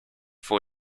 for